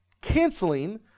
canceling